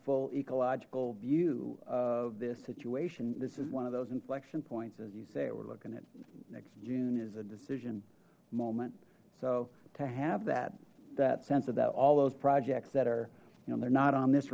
full ecological view of this situation this is one of those inflection points as you say we're looking at next june is a decision moment so to have that that sense of that all those projects that are you know they're not on this